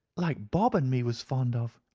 like bob and me was fond of.